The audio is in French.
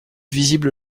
visible